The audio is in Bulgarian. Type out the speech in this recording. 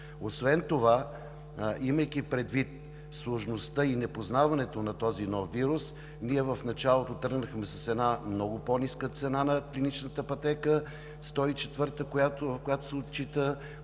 Освен това, имайки предвид сложността и непознаването на този нов вирус, ние в началото тръгнахме с една много по-ниска цена на клиничната пътека – 104 та, с която се отчита